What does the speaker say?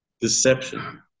Deception